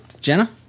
Jenna